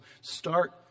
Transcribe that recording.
Start